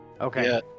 Okay